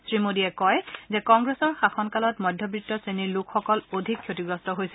শ্ৰী মোডীয়ে কয় যে কংগ্ৰেছৰ শাসনকালত মধ্যবিত্ত শ্ৰেণীৰ লোকসকল অধিক ক্ষতিগ্ৰস্ত হৈছিল